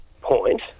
point